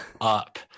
up